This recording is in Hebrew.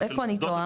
איפה אני טועה?